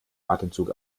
atemzug